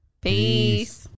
Peace